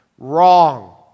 wrong